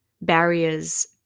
barriers